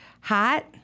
hot